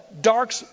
dark